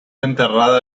enterrada